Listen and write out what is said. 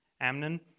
Amnon